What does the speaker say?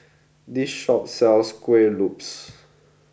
this shop sells Kueh Lopes